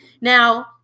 Now